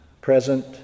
present